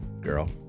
girl